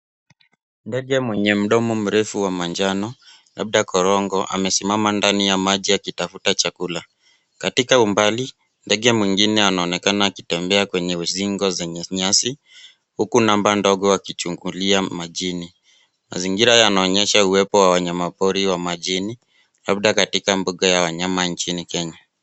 Ndege mwenye mdomo mrefu wa manjano labda korongo amesimama ndani ya maji akitafuta chakula. Katika umbali ndege mwingine anaonekana akitembea kwenye uzingo zenye nyasi huku mamba ndogo akichungulia majini. Mazingira yanaonyesha uwepo wa wanyamapori wa majini labda katika mbuga ya wanyama katika nchini Kenya.